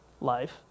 life